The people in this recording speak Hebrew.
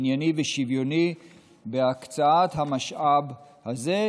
ענייני ושוויוני בהקצאת המשאב הזה,